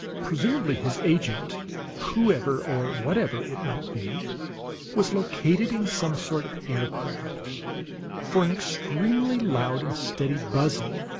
presumably his agent whoever or whatever it might be was located in some sort of aircraft for an extremely loud and steady buzzing,